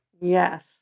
Yes